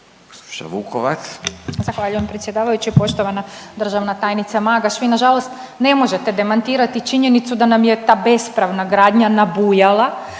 Zahvaljujem predsjedavajući, poštovana državna tajnice Magaš, vi nažalost ne možete demantirati činjenicu da nam je ta bespravna gradnja nabujala,